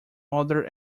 other